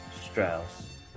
Strauss